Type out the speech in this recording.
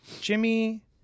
Jimmy